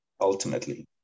ultimately